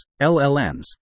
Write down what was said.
LLMs